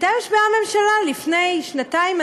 מתי הוקמה הממשלה, לפני שנתיים?